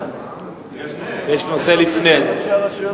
סליחה, יש נושא לפני כן.